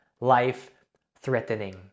life-threatening